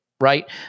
right